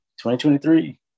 2023